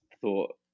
thought